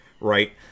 right